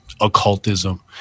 occultism